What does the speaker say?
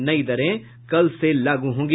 नई दरें कल से लागू होंगी